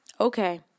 Okay